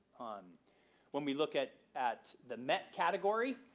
um when we look at at the met category,